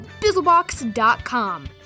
Bizzlebox.com